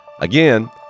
Again